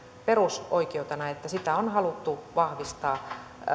perusoikeutena että sitä on haluttu vahvistaa